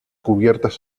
cubiertas